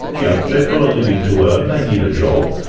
yeah they've got a living to earn, they need a job,